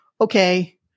okay